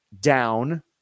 down